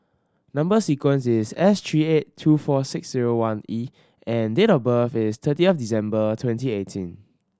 number sequence is S three eight two four six zero one E and date of birth is thirty of December twenty eighteen